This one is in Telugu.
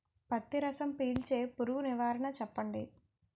పత్తి రసం పీల్చే పురుగు నివారణ చెప్పండి?